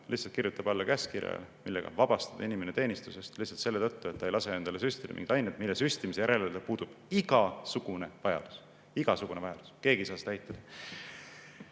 Marran kirjutas alla käskkirjale, millega vabastati inimene teenistusest lihtsalt selle tõttu, et ta ei lasknud endale süstida mingit ainet, mille süstimise järele puudub igasugune vajadus. Igasugune vajadus! Keegi ei saa seda eitada.